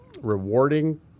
rewarding